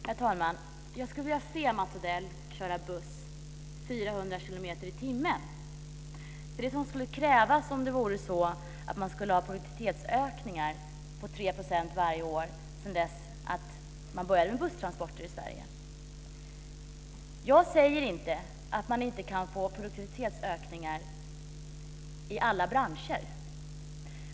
Herr talman! Jag skulle vilja se Mats Odell köra buss i 400 kilometer i timmen. Det är nämligen det som skulle krävas om man skulle ha produktivitetsökningar på 3 % varje år sedan man började med busstransporter i Sverige. Jag säger inte att man inte kan få produktivitetsökningar i alla branscher.